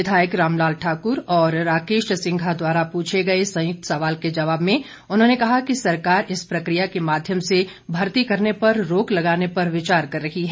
विधायक रामलाल ठाकुर और राकेश सिंघा द्वारा पूछे गए संयुक्त सवाल के जवाब में उन्होंने कहा कि सरकार इस प्रक्रिया के माध्यम से भर्ती करने पर रोक लगाने पर विचार कर रही है